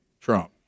Trump